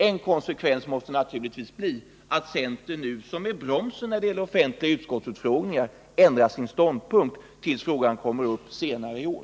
En konsekvens måste naturligtvis bli att centern, som bromsar dessa offentliga utskottsutfrågningar, ändrar sin ståndpunkt tills frågan kommer upp senare i år.